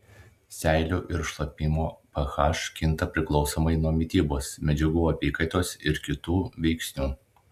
seilių ir šlapimo ph kinta priklausomai nuo mitybos medžiagų apykaitos ir kitų veiksnių